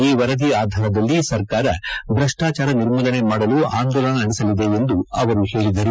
ಈ ವರದಿ ಆಧಾರದಲ್ಲಿ ಸರ್ಕಾರ ಭ್ರಷ್ಟಾಚಾರ ನಿರ್ಮೂಲನೆ ಮಾಡಲು ಆಂದೋಲನ ನಡೆಸಲಿದೆ ಎಂದು ಹೇಳಿದ್ದಾರೆ